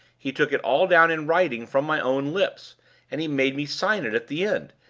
he took it all down in writing from my own lips and he made me sign it at the end,